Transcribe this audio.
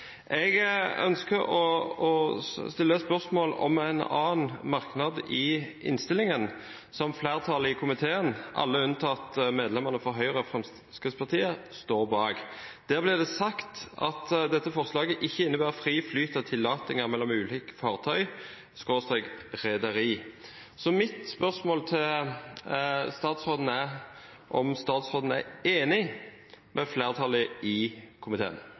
Jeg ønsker å stille spørsmål om en annen merknad i innstillingen, som flertallet i komiteen, alle unntatt medlemmene fra Høyre og Fremskrittspartiet, står bak. Der blir det sagt at dette «forslaget ikkje inneber «fri flyt» av tillatingar mellom ulike fartøy/rederi». Mitt spørsmål til statsråden er om statsråden er enig med flertallet i komiteen.